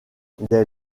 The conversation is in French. dès